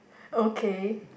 okay